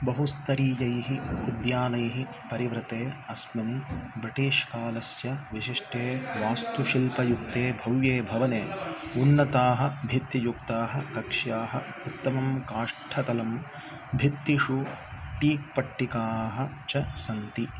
बहुस्तरीयैः उद्यानैः परिवृते अस्मिन् ब्रिटिश् कालस्य विशिष्टे वास्तुशिल्पयुक्ते भव्ये भवने उन्नताः भित्तियुक्ताः कक्षाः उत्तमं काष्ठतलम् भित्तिषु टीक् पट्टिकाः च सन्ति